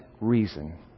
reason